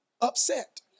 Upset